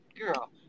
Girl